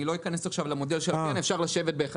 אני לא אכנס למודל, אפשר לשבת אחד על אחד